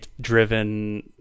driven